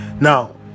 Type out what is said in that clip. now